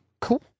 cool